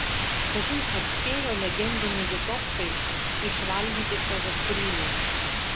kažin ar spėjo legendiniai litovcai išvalgyti savo skrynią